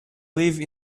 live